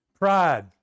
Pride